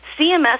CMS